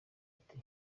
ati